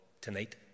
tonight